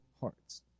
hearts